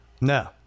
No